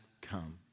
come